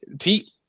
pete